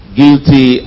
guilty